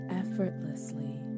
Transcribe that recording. effortlessly